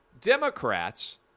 Democrats